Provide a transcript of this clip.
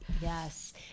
Yes